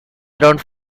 around